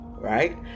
right